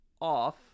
off